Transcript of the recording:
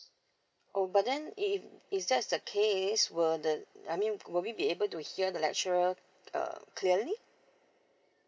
oh but then if it's just the case were the I mean will we be able to hear the lecturer uh clearly